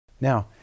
Now